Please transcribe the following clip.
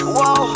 Whoa